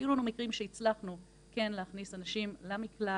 היו לנו מקרים שכן הצלחנו להכניס נשים למקלט,